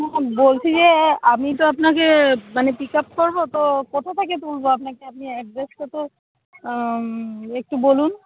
হ্যাঁ বলছি যে আমি তো আপনাকে মানে পিক আপ করবো তো কোথা থেকে তুলবো আপনাকে আপনি অ্যাড্রেসটা তো একটু বলুন